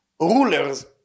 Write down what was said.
rulers